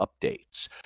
updates